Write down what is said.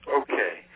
okay